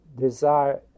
desire